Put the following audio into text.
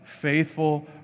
faithful